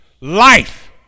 life